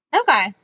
Okay